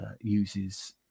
uses